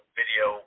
video